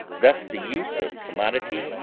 thus the use of commodity,